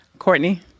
Courtney